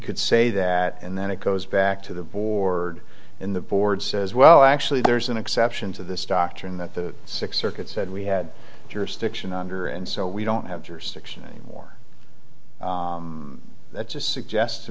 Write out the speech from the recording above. could say that and then it goes back to the board in the board says well actually there's an exception to this doctrine that the sixth circuit said we had jurisdiction under and so we don't have jurisdiction anymore that's a suggests to